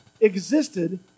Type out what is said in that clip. existed